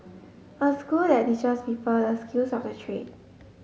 a school that teaches people the skills of the trade